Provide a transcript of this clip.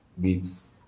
beats